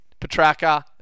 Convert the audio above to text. Petraka